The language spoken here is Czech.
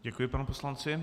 Děkuji panu poslanci.